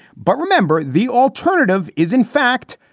but remember, the alternative is, in fact,